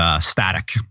Static